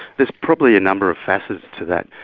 there's probably a number of facets to that.